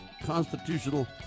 constitutional